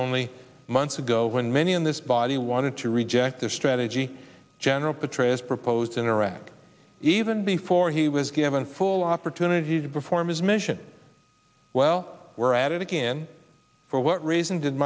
only months ago when many in this body wanted to reject their strategy general petraeus proposed in iraq even before he was given full opportunity to perform his mission well we're at it again for what reason did